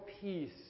peace